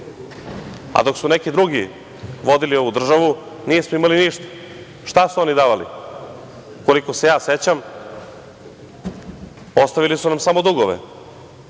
su neki drugi vodili ovu državu nismo imali ništa. Šta su oni davali? Koliko se ja sećam, ostavili su nam samo dugove